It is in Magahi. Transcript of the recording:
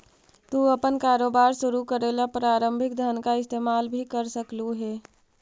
तू अपन कारोबार शुरू करे ला प्रारंभिक धन का इस्तेमाल भी कर सकलू हे